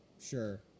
Sure